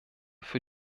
für